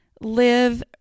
live